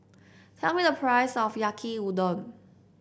tell me the price of Yaki Udon